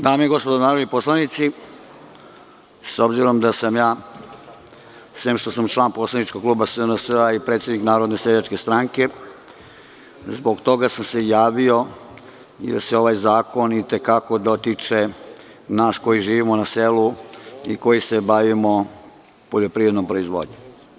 Dame i gospodo narodni poslanici, s obzirom da sam ja, sem što sam član poslaničkog kluba SNS i predsednik Narodne seljačke stranke, zbog toga sam se i javio, jer se ovaj zakon i te kako dotiče nas koji živimo na selu i koji se bavimo poljoprivrednom proizvodnjom.